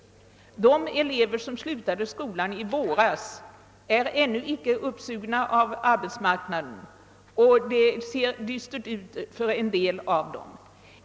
De elever som slutade i skolan i våras är ännu icke uppsugna av arbetsmarknaden, och det ser dystert ut för en del av dem.